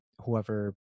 whoever